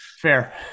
Fair